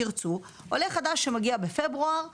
עולה חדש שמגיע בפברואר לארץ,